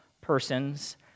persons